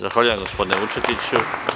Zahvaljujem, gospodine Vučetiću.